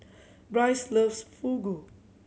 Brice loves Fugu